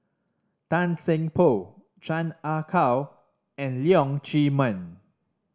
Tan Seng Poh Chan Ah Kow and Leong Chee Mun